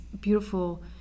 beautiful